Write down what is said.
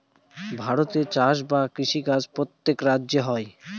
ভারতে চাষ বা কৃষি কাজ প্রত্যেক রাজ্যে হয়